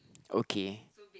okay